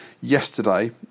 yesterday